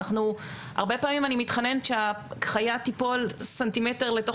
הרבה פעמים אני מתחננת שהחיה תיפול סנטימטר לתוך